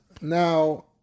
now